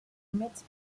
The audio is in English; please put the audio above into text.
meets